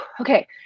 okay